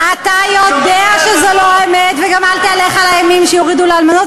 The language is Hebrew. יורידו לאלמנות,